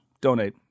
donate